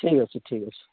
ଠିକ୍ ଅଛି ଠିକ୍ ଅଛି